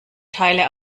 teile